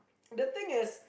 the thing is